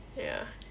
ya